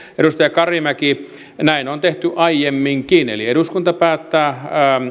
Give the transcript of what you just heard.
edustaja karimäki näin on tehty aiemminkin eli eduskunta päättää